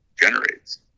generates